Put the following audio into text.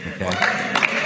Okay